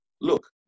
look